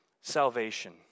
salvation